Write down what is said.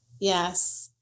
yes